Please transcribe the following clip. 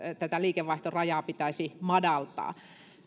tätä liikevaihtorajaa pitäisi madaltaa